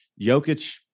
Jokic